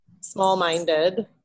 small-minded